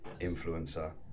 influencer